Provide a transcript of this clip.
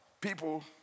People